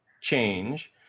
change